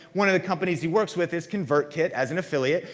one of the companies he works with is convert kit as an affiliate.